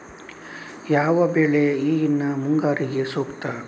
ಯಾವ ಬೆಳೆ ಈಗಿನ ಮುಂಗಾರಿಗೆ ಸೂಕ್ತ?